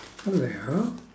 hello